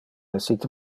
essite